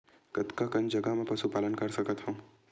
कतका कन जगह म पशु पालन कर सकत हव?